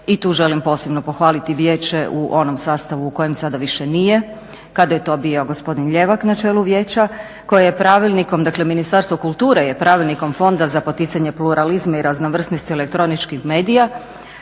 i tu želim posebno pohvaliti vijeće u onom sastavu u kojem sada više nije kada je to bio gospodin Ljevak na čelu vijeća koji je pravilnikom dakle Ministarstvo kulture je Pravilnikom fonda za poticanje pluralizma i raznovrsnosti elektroničkih medija